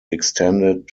extended